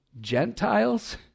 Gentiles